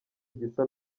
igisa